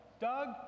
Doug